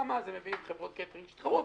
גם אז הם מביאים חברות קייטרינג שיתחרו,